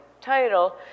title